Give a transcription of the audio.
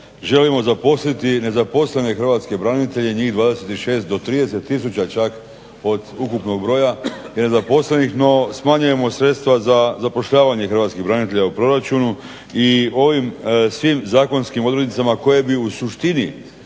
želimo zaposliti nezaposlene hrvatske branitelje, njih 26 do 30 tisuća čak od ukupnog broja nezaposlenih, no smanjujemo sredstva za zapošljavanje hrvatskih branitelja u proračunu i ovim svim zakonskim odrednicama koje bi u suštini